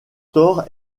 tore